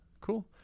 Cool